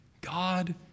God